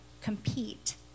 compete